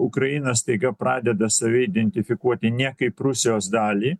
ukraina staiga pradeda save identifikuoti niekaip rusijos dalį